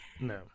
no